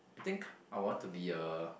I think I want to be a